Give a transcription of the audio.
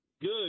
Good